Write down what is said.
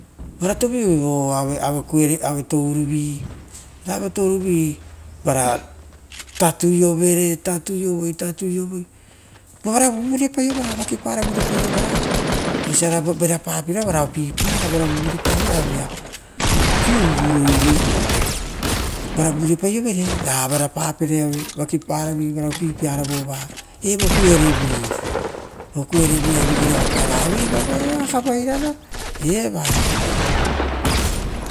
Ravara tavoiovoi vo ra aue tourovi, ra votouro vi tatuiovere, tatuiovere, tatuiovere, vara virepai orara, varake pavira vara vurepaiovora oisira vierapapioro varoia vuivui ara, aueia kiuvu ro igei vara vureparovora ravara papere vara vakiparavi, vuivui ara varo evo kuero iava okueroaia vigei rogaparo aueiva voeao agavairara eva.